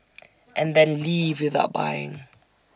and then leave without buying